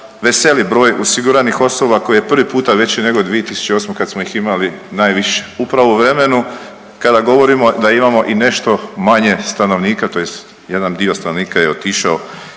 veseli broj osiguranih osoba koji je prvi puta veći nego 2008. kada smo ih imali najviše. Upravo u vremenu kada govorimo da imamo i nešto manje stanovnika tj. jedan dio stanovnika je otišao